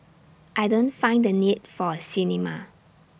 I don't find the need for A cinema